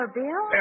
bill